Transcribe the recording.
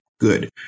good